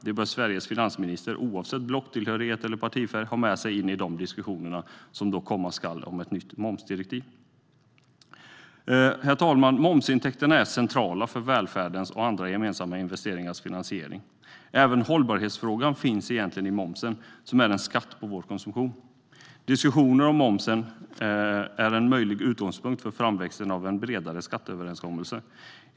Det bör Sveriges finansminister, oavsett blocktillhörighet och partifärg, ha med sig in i de diskussioner om ett nytt momsdirektiv som komma skall. Herr talman! Momsinkomsterna är centrala för välfärdens och andra gemensamma investeringars finansiering. Även hållbarhetsfrågan finns egentligen i momsen, som är en skatt på vår konsumtion. Diskussioner om momsen är en möjlig utgångspunkt för framväxten av en bredare skatteöverenskommelse.